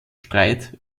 streit